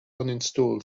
uninstall